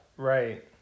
Right